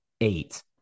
Eight